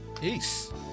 Peace